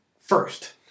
First